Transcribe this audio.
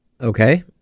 Okay